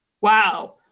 wow